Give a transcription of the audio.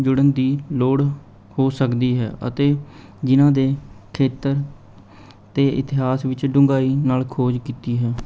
ਜੁੜਨ ਦੀ ਲੋੜ ਹੋ ਸਕਦੀ ਹੈ ਅਤੇ ਜਿਹਨਾਂ ਦੇ ਖੇਤਰ ਅਤੇ ਇਤਿਹਾਸ ਵਿੱਚ ਡੂੰਘਾਈ ਨਾਲ਼ ਖੋਜ ਕੀਤੀ ਹੈ